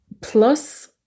plus